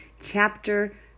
chapter